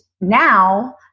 now